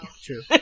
true